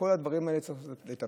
בכל הדברים האלה צריך לטפל.